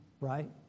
right